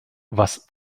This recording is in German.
was